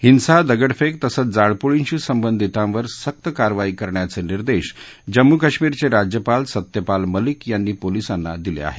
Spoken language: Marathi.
हिंसा दगडफेक तसंच जाळपोळींशी संबंधितांवर सक्त कारवाई करण्याचे निर्देश जम्मू कश्मीरचे राज्यपाल सत्यपाल मलिक यांनी पोलिसांना दिले आहेत